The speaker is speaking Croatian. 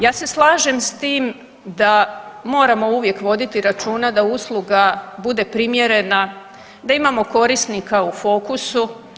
Ja se slažem s tim da moramo uvijek voditi računa da usluga bude primjerena, da imamo korisnika u fokusu.